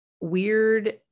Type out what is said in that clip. weird